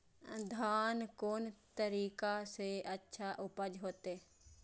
धान कोन तरीका से अच्छा उपज होते?